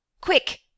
quick